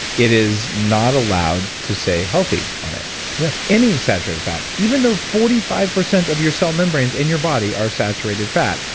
it is not allowed to say healthy on it yeah any saturated fat, even though forty five percent of your cell membranes in your body are saturated fat.